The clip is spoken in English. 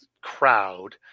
crowd